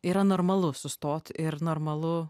yra normalu sustot ir normalu